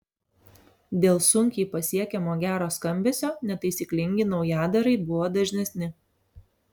dėl sunkiai pasiekiamo gero skambesio netaisyklingi naujadarai buvo dažnesni